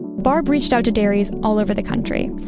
barb reached out to dairies all over the country,